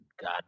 God